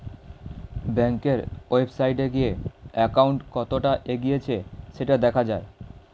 ব্যাংকের ওয়েবসাইটে গিয়ে অ্যাকাউন্ট কতটা এগিয়েছে সেটা দেখা যায়